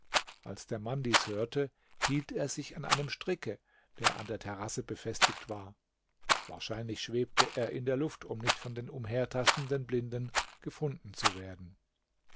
als der mann dies hörte hielt er sich an einem stricke der an der terrasse befestigt war wahrscheinlich schwebte er in der luft um nicht von den umhertastenden blinden gefunden zu werden